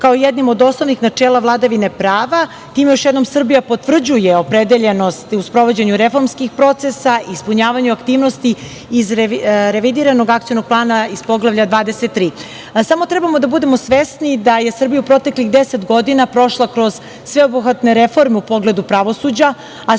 kao jednim od osnovnih načela vladavine prava i time još jednom Srbija potvrđuje opredeljenost u sprovođenju reformskih procesa, ispunjavanju aktivnosti, iz revidiranog akcionog plana iz Poglavlja 23.Samo treba da budemo svesni da je Srbija u proteklih 10 godina prošla kroz sveobuhvatne reforme u pogledu pravosuđa,